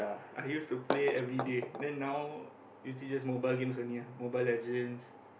I used to play everyday then now usually just mobile games only ah Mobile-Legends